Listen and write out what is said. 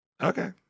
Okay